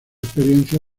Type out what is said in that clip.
experiencia